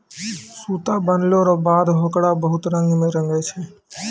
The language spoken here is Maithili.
सूता बनलो रो बाद होकरा बहुत रंग मे रंगै छै